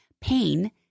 pain